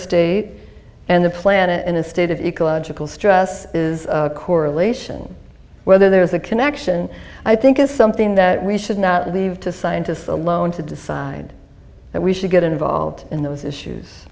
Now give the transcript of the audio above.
state and the planet in a state of ecological stress is correlation whether there is a connection i think is something that we should not leave to scientists alone to decide that we should get involved in those issues